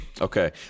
Okay